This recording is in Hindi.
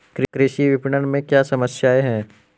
कृषि विपणन में क्या समस्याएँ हैं?